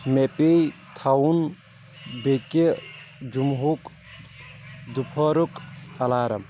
مےٚ پے تھاوُن بیٚکہِ جُمہُک دُپہرُک الارَم